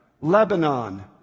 Lebanon